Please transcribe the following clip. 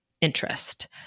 interest